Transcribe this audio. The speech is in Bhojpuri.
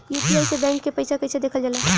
यू.पी.आई से बैंक के पैसा कैसे देखल जाला?